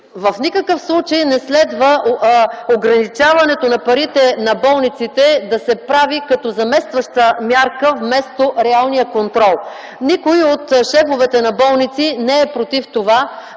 В никакъв случай не следва ограничаването на парите на болниците да се прави като заместваща мярка вместо реалният контрол. Никой от шефовете на болници не е против това